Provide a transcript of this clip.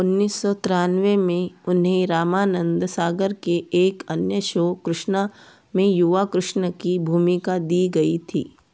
उन्नीस सौ तिरानवे में उन्हें रामानंद सागर के एक अन्य शो कृष्णा में युवा कृष्ण की भूमिका दी गई थी